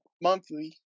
Monthly